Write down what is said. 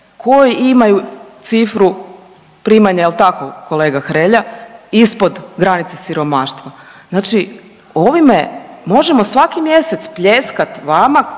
koji imaju cifru primanje, je li tako, kolega Hrelja, ispod granice siromaštva, znači ovime možemo svaki mjesec pljeskati vama